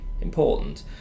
important